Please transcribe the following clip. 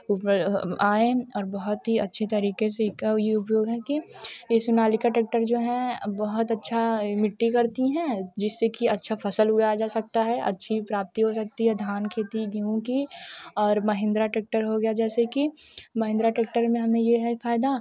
ऊपर आएँ और बहुत ही अच्छी तरीके से एक कि ये सोनालिका ट्रेक्टर जो है बहुत अच्छा मिट्टी करती हैं जिससे कि अच्छा फसल उगाया जा सकता है अच्छी प्राप्ति हो सकती है धान खेती गेहूँ की और महिंद्रा ट्रेक्टर हो गया जैसे कि महिंद्रा ट्रेक्टर में हमें ये है फ़ायदा